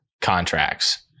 contracts